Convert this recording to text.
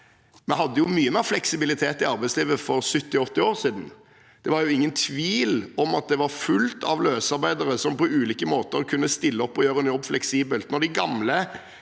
Vi hadde mye mer fleksibilitet i arbeidslivet for 70–80 år siden. Det er ingen tvil om at det var fullt av løsarbeidere som på ulike måter kunne stille opp og gjøre en jobb fleksibelt. De gamle